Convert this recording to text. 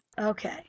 Okay